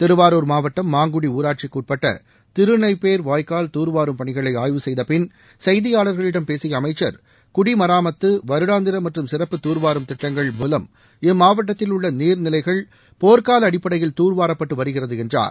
திருவாரூர் மாவட்டம் மாங்குடி ஊராட்சிக்கு உட்பட்ட திருநெய்ப்பேர் வாய்க்கால் தூர்வாரும் பணிகளை ஆய்வு செய்தபின் செய்தியாளர்களிடம் பேசிய அமைச்சர் குடிமராமத்து வருடாந்திர மற்றும் சிறப்பு தூர்வாரும் திட்டங்கள் மூலம் இம்மாவட்டத்தில் உள்ள நீர்நிலைகள் போர்க்கால அடிப்படையில் தூர்வாரப்பட்டு வருகிறது என்றார்